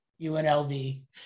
UNLV